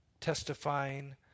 testifying